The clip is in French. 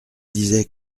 disais